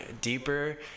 deeper